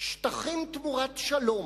"שטחים תמורת שלום".